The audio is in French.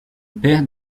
père